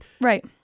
Right